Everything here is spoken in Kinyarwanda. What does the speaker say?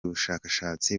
bushakashatsi